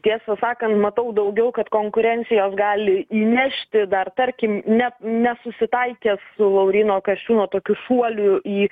tiesą sakant matau daugiau kad konkurencijos gali įnešti dar tarkim ne nesusitaikė su lauryno kasčiūno tokiu šuoliu į